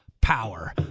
power